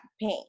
pain